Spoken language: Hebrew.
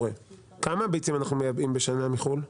כמה ביצים אנחנו מייבאים בשנה מחוץ לארץ?